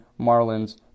Marlins